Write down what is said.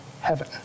heaven